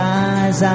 eyes